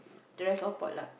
the rest all potluck